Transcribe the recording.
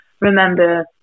remember